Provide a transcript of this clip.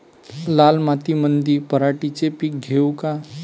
लाल मातीमंदी पराटीचे पीक घेऊ का?